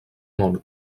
món